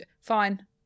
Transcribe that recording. Fine